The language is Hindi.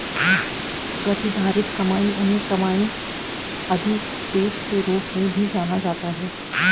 प्रतिधारित कमाई उन्हें कमाई अधिशेष के रूप में भी जाना जाता है